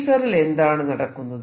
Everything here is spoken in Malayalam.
ലേസറിൽ എന്താണ് നടക്കുന്നത്